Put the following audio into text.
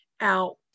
out